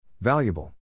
Valuable